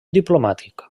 diplomàtic